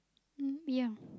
um ya